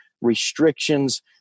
restrictions